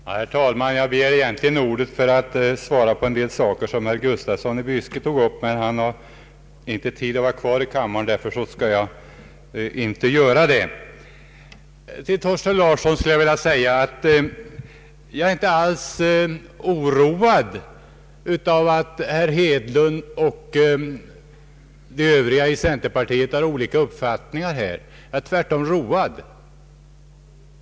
Herr talman! Jag begärde egentligen ordet för att besvara en del frågor som herr Gustafsson i Byske ställde, men han hade tydligen inte tid att vara kvar i kammaren, och därför skall jag inte besvara hans frågor. Till herr Thorsten Larsson vill jag säga att jag inte alls är oroad av att herr Hedlund och övriga centerpartiledamöter har olika uppfattningar. Jag är tvärtom road.